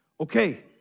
okay